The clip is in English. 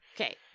Okay